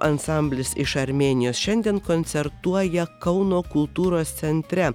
ansamblis iš armėnijos šiandien koncertuoja kauno kultūros centre